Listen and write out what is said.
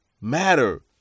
matter